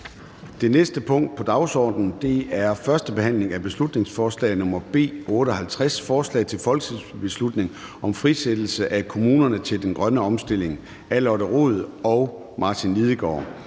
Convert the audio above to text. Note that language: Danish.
Det næste punkt på dagsordenen er: 5) 1. behandling af beslutningsforslag nr. B 58: Forslag til folketingsbeslutning om frisættelse af kommunerne til den grønne omstilling. Af Lotte Rod (RV) og Martin Lidegaard